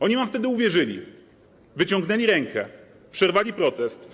Oni wam wtedy uwierzyli, wyciągnęli rękę, przerwali protest.